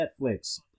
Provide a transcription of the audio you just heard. Netflix